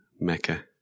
mecca